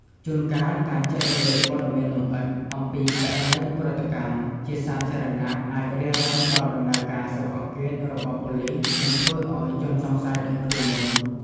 ជួនកាល ការចែករំលែកព័ត៌មានលម្អិត អំពី ករណីឧក្រិដ្ឋកម្ម ជាសាធារណៈ អាច រារាំងដល់ដំណើរការស៊ើបអង្កេតរបស់ប៉ូលិស និងធ្វើឱ្យ ជនសង្ស័យដឹងខ្លួនមុន។